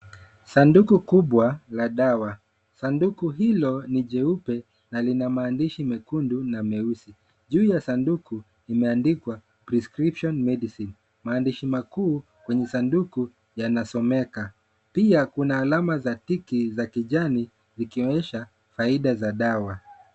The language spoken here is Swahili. Sanduku kubwa la dawa. Sanduku hilo ni jeupe na lina maandishi mekundu na meusi. Juu ya sanduku imeandikwa prescription medicine . Maandishi makuu kwenye sanduku yanasomeka. Pia kuna alama za tiki za kijani zikionyesha faida za dawa.